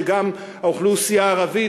שגם האוכלוסייה הערבית,